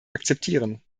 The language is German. akzeptieren